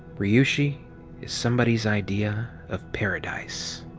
ryushi is somebody's idea of paradise.